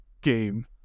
game